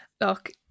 Look